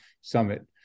Summit